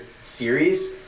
series